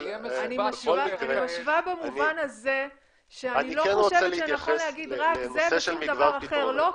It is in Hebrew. אני משווה במובן הזה שאני לא חושבת שנכון להגיד רק זה ושום דבר אחר לא.